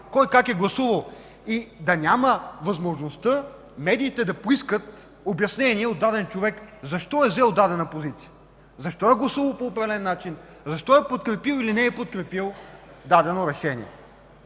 кой как е гласувал, да няма възможността медиите да поискат обяснение от даден човек защо е заел дадена позиция, защо е гласувал по определен начин, защо е подкрепил или не е подкрепил дадено решение.